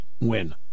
win